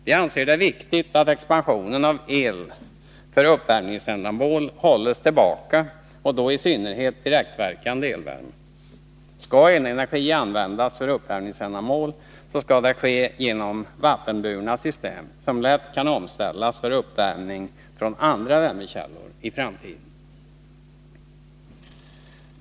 Vi anser det viktigt att expansionen av el för uppvärmningsändamål hålls tillbaka, och då i synnerhet direktverkande elvärme. Skall elenergi användas för uppvärmningsändamål, så skall det ske genom vattenburna system, som lätt kan omställas för uppvärmning från andra värmekällor i framtiden.